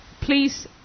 Please